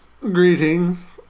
Greetings